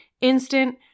instant